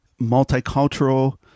multicultural